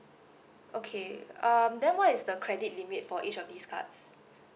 okay um then what is the credit limit for each of these cards